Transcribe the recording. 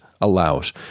allows